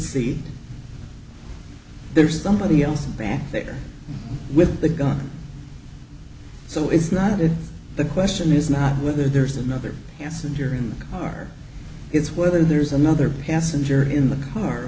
seat there's somebody else back there with the gun so it's not is the question is not whether there's another passenger in the car it's whether there's another passenger in the car